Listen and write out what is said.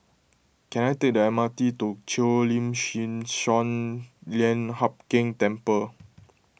can I take the M R T to Cheo Lim Chin Sun Lian Hup Keng Temple